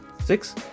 Six